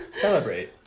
Celebrate